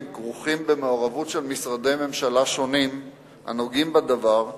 כרוכים במעורבות של משרדי ממשלה שונים הנוגעים בדבר,